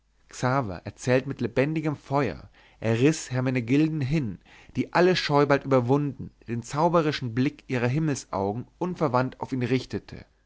erzählte mit lebendigem feuer er riß hermenegilden hin die alle scheu bald überwunden den zauberischen blick ihrer himmelsaugen unverwandt auf ihn richtete